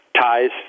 ties